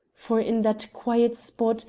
for in that quiet spot,